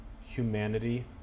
humanity